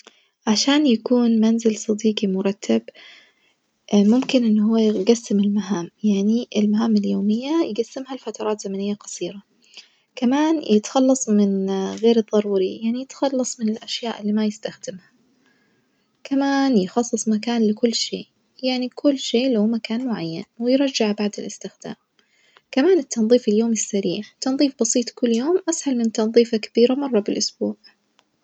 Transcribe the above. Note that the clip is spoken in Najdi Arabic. عشان يكون منزل صديجي مرتب ممكن إن هو يجسم المهام يعني المهام اليومية يجسمها لفترات زمنية قصيرة، كمان يتخلص من غير الضروري يعني يتخلص من الأشياء اللي ما يستخدمها، كمان يخصص مكان لكل شي يعني كل شي له مكان معين ويرجعه بعد الإستخدام، كمان التنظيف اليومي السريع تنظيف بسيط كل يوم أسهل من تنظيفة كبيرة مرة بالأسبوع.